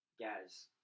guys